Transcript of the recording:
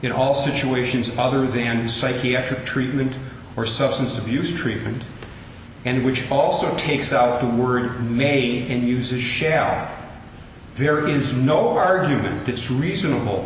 in all situations other than to psychiatric treatment for substance abuse treatment and which also takes out the word me and uses share there is no argument it's reasonable